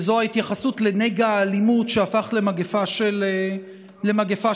וזה ההתייחסות לנגע האלימות שהפך למגפה של ממש.